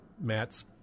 Matt's